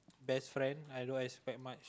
best friend I don't expect much